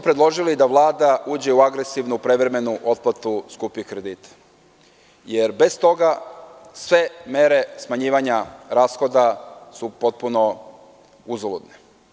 Predložili smo da Vlada uđe u agresivnu prevremenu otplatu skupih kredita, jer bez toga sve mere smanjivanja rashoda su potpuno uzaludne.